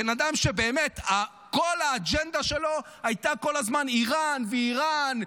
בן אדם שכל האג'נדה שלו הייתה כל הזמן איראן ואיראן,